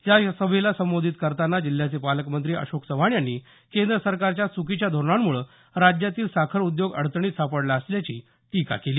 या सभेला संबोधित करतांना जिल्ह्याचे पालकमंत्री अशोक चव्हाण यांनी केंद्र सरकारच्या चुकीच्या धोरणांमुळे राज्यातील साखर उद्योग अडचणीत सापडला असल्याची टीका केली